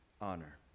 honor